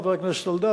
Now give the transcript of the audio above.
חבר הכנסת אלדד,